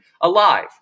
Alive